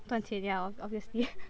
赚钱 ya obv~ obviously